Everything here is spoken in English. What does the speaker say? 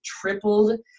tripled